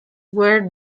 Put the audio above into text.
where